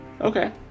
Okay